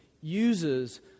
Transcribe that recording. uses